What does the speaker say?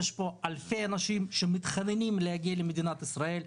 יש פה אלפי אנשים שמתחננים להגיע למדינת ישראל.